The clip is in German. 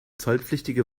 zollpflichtige